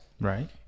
Right